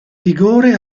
vigore